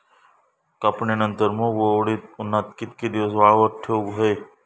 कापणीनंतर मूग व उडीद उन्हात कितके दिवस वाळवत ठेवूक व्हये?